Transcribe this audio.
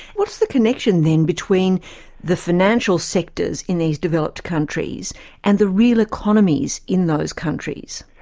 what's the connection then between the financial sectors in these developed countries and the real economies in those countries?